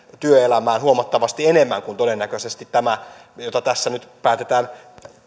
työelämään huomattavasti enemmän kuin todennäköisesti tämä jota tässä nyt päätetään